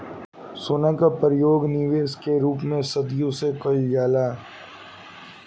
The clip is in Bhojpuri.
सोना के परयोग निबेश के रूप में सदियों से कईल जाला